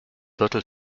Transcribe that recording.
viertel